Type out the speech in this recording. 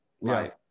right